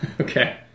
Okay